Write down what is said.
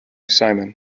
simon